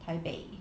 taipei